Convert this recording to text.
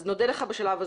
אז נודה לך בשלב הזה.